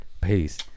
Peace